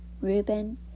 Reuben